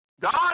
God